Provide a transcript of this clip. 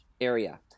area